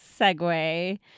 segue